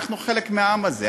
אנחנו חלק מהעם הזה,